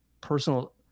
personal